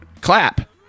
Clap